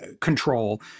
control